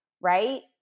right